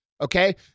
Okay